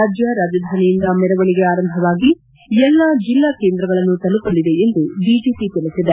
ರಾಜ್ಯ ರಾಜಧಾನಿಯಿಂದ ಮೆರವಣಿಗೆ ಆರಂಭವಾಗಿ ಎಲ್ಲಾ ಜಿಲ್ಲಾ ಕೇಂದ್ರಗಳನ್ನು ತಲುಪಲಿದೆ ಎಂದು ಬಿಜೆಪಿ ತಿಳಿಸಿದೆ